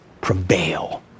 prevail